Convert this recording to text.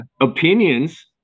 opinions